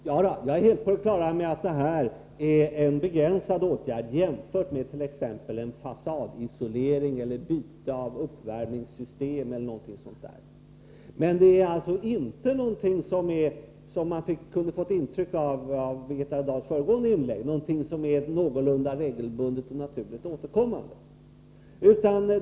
Herr talman! Jag är helt på det klara med att det här är en begränsad åtgärd jämfört medt.ex. en fasadisolering, byte av uppvärmningssystem eller något liknande. Det är emellertid inte, vilket man kunde få intrycket av i Birgitta Dahls föregående inlägg, någonting som är ganska normalt och regelbundet återkommande.